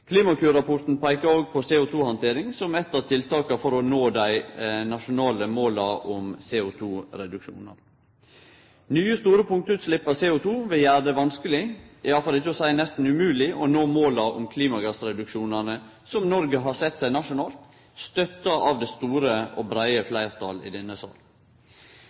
Klimakur-rapporten peikar også på CO2-handtering som eit av tiltaka for å nå dei nasjonale måla om CO2-reduksjonar. Nye store punktutslepp av CO2 ville gjere det vanskeleg, ja, for ikkje å seie nesten umogeleg å nå måla om dei klimagassreduksjonane Noreg har sett seg nasjonalt, støtta av det store og breie fleirtalet i denne